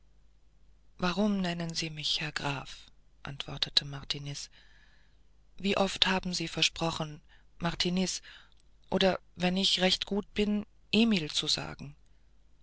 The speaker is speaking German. bittend warum nennen sie mich herr graf antwortete martiniz wie oft haben sie versprochen martiniz und wenn ich recht gut bin emil zu sagen